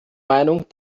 meinung